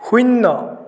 শূন্য